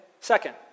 Second